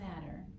matter